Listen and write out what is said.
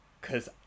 Cause